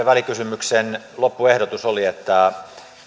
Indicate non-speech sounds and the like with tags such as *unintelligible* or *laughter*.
*unintelligible* välikysymyksen loppuehdotus oli että